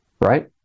right